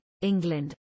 england